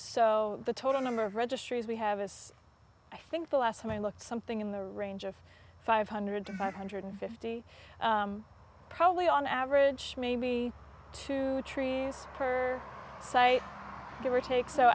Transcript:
so the total number of registries we have is i think the last time i looked something in the range of five hundred to five hundred fifty probably on average maybe two trees per site give or take so